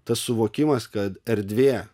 tas suvokimas kad erdvė